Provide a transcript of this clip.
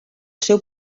seu